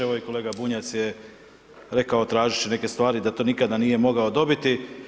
Evo i kolega Bunjac je rekao tražit ću neke stvari, da to nikada nije mogao dobiti.